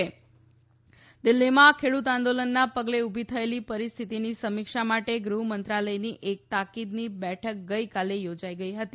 અમીત શાહ દિલ્હીમાં ખેડૂત આંદોલનનાં પગલે ઉભી થયેલી પરિસ્થિતીની સમીક્ષા માટે ગૃહમંત્રાલયની એક તાકીદની બેઠક યોજાઈ હતી